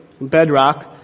bedrock